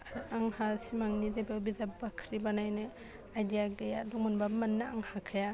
आंहा सिमांनि जेबो बिजाब बाख्रि बानायनो आइदिया गैया दंमोनबाबो मानोना आं हाखाया